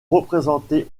représentés